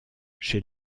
chez